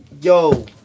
yo